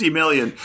million